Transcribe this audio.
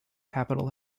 capital